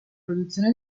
produzione